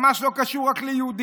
ממש לא קשור רק ליהודים,